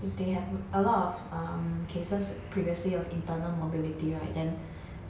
if they have a lot of um cases previously of internal mobility right then